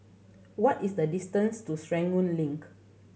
what is the distance to Serangoon Link